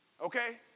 Okay